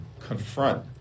confront